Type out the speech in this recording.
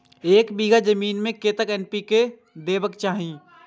एक बिघा जमीन में कतेक एन.पी.के देबाक चाही?